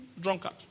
drunkard